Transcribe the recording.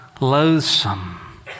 loathsome